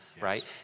right